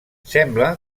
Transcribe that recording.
sembla